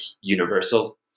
universal